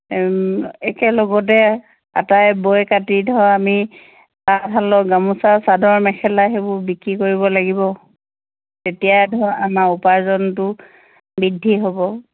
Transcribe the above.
একেলগতে আটায়ে বৈ কাটি ধৰ আমি তাঁতশালৰ গামোচা চাদৰ মেখেলা সেইবোৰ বিক্ৰী কৰিব লাগিব তেতিয়া ধৰ আমাৰ উপাৰ্জনটো বৃদ্ধি হ'ব